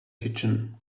kitchen